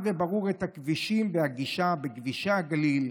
וברור את הכבישים והגישה בכבישי הגליל,